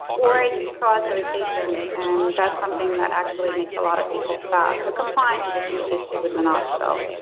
or it can cause irritation. and that's something that actually makes a lot of people stop. so compliance is a huge issue with minoxidil.